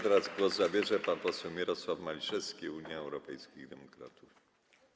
Teraz głos zabierze pan poseł Mirosław Maliszewski, Unia Europejskich Demokratów.